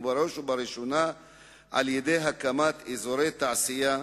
ובראש ובראשונה על-ידי הקמת אזורי תעשייה.